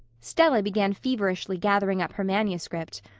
stella began feverishly gathering up her manuscript.